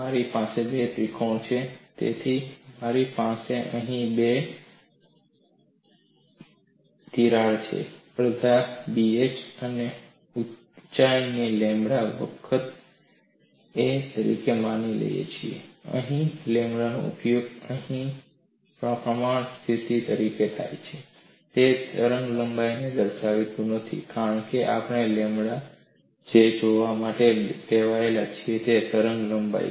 મારી પાસે બે ત્રિકોણ છે તેથી મારી પાસે અહીં બે છે અડધા BH અમે ઊચાઈને લેમ્બડા વખત a તરીકે માની લીધી છે અને લેમ્બડાનો ઉપયોગ અહીં પ્રમાણસર સ્થિરતા તરીકે થાય છે તે તરંગલંબાઇને દર્શાવતું નથી કારણ કે આપણે લેમ્બડાને જોવા માટે ટેવાયેલા છીએ તરંગલંબાઇ